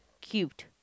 cute